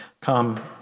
come